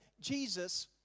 Jesus